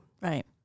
right